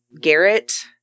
Garrett